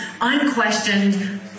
unquestioned